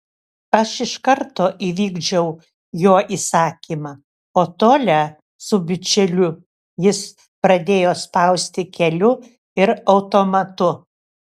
aš iš karto įvykdžiau jo įsakymą o tolią su bičiuliu jis pradėjo spausti keliu ir automatu